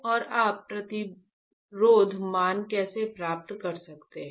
और आप प्रतिरोध मान कैसे प्राप्त कर सकते हैं